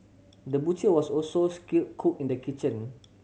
the butcher was also skilled cook in the kitchen